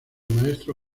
maestro